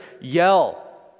yell